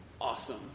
awesome